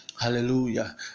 hallelujah